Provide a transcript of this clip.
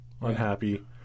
unhappy